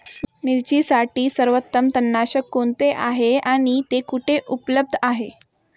मिरचीसाठी सर्वोत्तम तणनाशक कोणते आहे आणि ते कुठे उपलब्ध आहे?